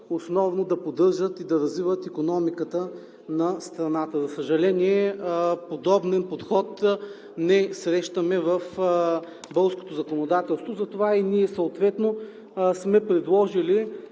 разчита да поддържат и да развиват икономиката на страната. За съжаление, подобен подход не срещаме в българското законодателство, затова и ние сме предложили